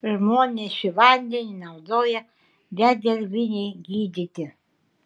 žmonės šį vandenį naudoja dedervinei gydyti